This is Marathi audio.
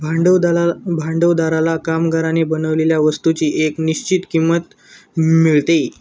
भांडवलदारा भांडवलदाराला कामगाराने बनवलेल्या वस्तूची एक निश्चित किंमत मिळते